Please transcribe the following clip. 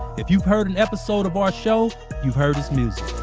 if you've heard an episode of our show you've heard his music.